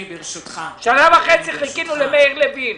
שנה וחצי חיכינו למאיר לוין,